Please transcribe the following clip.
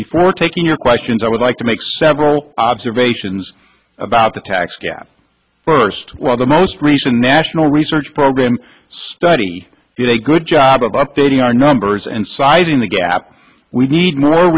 before taking your questions i would like to make several observations about the tax gap first well the most recent national research program study did a good job of updating our numbers and sizing the gap we need more